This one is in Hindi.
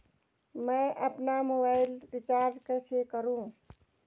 मैं अपना मोबाइल रिचार्ज कैसे करूँ?